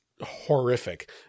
horrific